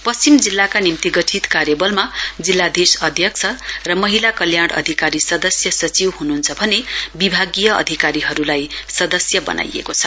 पश्चिम जिल्लाका निम्ति गठित कार्यबलमा जिल्लाधीश अध्यक्ष र महिला कल्याण अधिकारी सदस्य सचिव हनुहन्छ भने विभागीय अधिकारीहरूलाई सदस्य बनाइएको छ